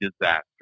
disaster